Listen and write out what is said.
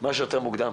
מה שיותר מוקדם